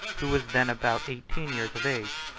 who was then about eighteen years of age,